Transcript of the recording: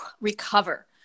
recover